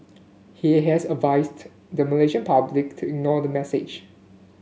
he has advised the Malaysian public to ignore the message